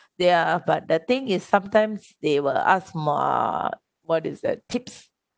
there are but the thing is sometimes they will ask my uh what is the tips